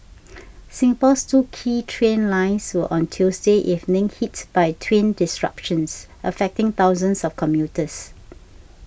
Singapore's two key train lines were on Tuesday evening hit by twin disruptions affecting thousands of commuters